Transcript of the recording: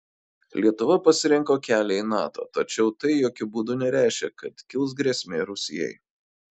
lietuva pasirinko kelią į nato tačiau tai jokiu būdu nereiškia kad kils grėsmė rusijai